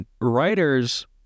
writers